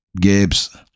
Gibbs